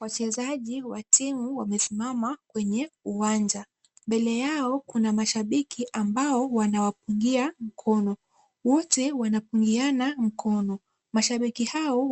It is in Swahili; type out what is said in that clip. Wachezaji wa timu wamesimama kwenye uwanja. Mbele yao kuna mashabiki ambao wanawapungia mkono. Wote wanapungiana mkono. Mashabiki hao